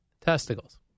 testicles